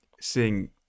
seeing